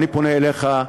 אני פונה אליך,